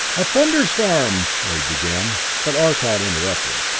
a thunderstorm! wade began, but arcot interrupted.